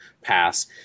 pass